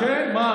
כן, מה?